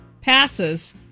passes